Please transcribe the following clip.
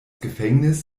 gefängnis